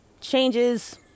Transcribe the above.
changes